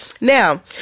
Now